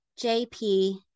JP